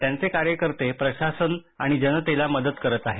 त्यांचे कार्यकर्ते प्रशासन आणि जनतेला मदत करत आहेत